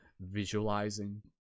visualizing